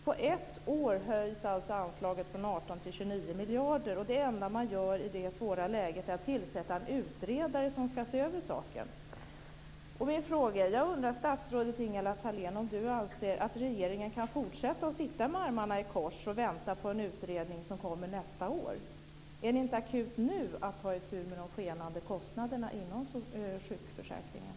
På ett år höjs alltså anslaget från 18 miljarder till 29 miljarder, och det enda man gör i det svåra läget är att tillsätta en utredare som ska se över saken. Min fråga är: Anser statsrådet Ingela Thalén att regeringen kan fortsätta att sitta med armarna i kors och vänta på en utredning som kommer nästa år? Är det inte akut nu att ta itu med de skenande kostnaderna inom sjukförsäkringen?